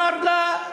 הזמן נגמר.